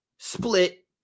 Split